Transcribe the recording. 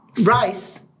Rice